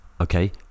Okay